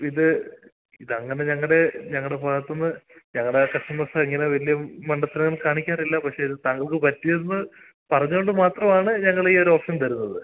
ഇത് ഇതങ്ങനെ ഞങ്ങളുടെ ഞങ്ങളുടെ ഭാഗത്തുനിന്ന് ഞങ്ങളുടെ കസ്റ്റമേസ്ന് ഇങ്ങനെ വലിയ മണ്ടത്തരങ്ങൾ കാണിക്കാറില്ല പക്ഷെ ഇത് താങ്കൾക്ക് പറ്റിയതെന്ന് പറഞ്ഞതുകൊണ്ട് മാത്രമാണ് ഞങ്ങൾ ഈയൊരു ഓപ്ഷൻ തരുന്നത്